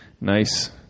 nice